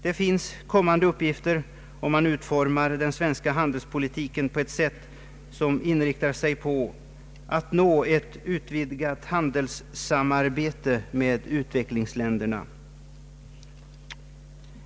Det finns kommande uppgifter för den svenska handelspolitiken om den utformas på ett sådant sätt att den inriktar sig på att uppnå ett utvidgat handelssamarbete med utvecklingsländerna.